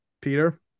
Peter